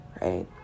right